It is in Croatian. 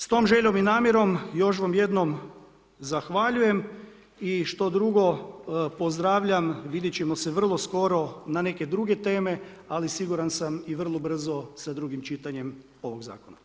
S tom željom i namjerom, još vam jednom zahvaljujem i što drugo, pozdravljam, vidjet ćemo se vrlo skoro na neke druge teme ali siguran sam i vrlo brzo sa drugim čitanjem ovog zakona.